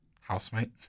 housemate